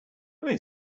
only